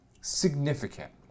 significant